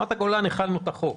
ברמת הגולן החלנו את החוק.